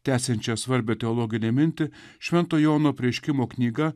tęsiančią svarbią teologinę mintį švento jono apreiškimo knyga